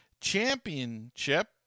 Championship